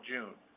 June